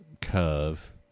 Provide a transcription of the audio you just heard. curve